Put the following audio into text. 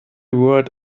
word